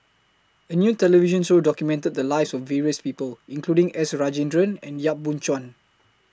A New television Show documented The Lives of various People including S Rajendran and Yap Boon Chuan